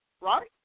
right